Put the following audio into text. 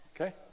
Okay